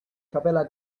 capella